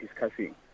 discussing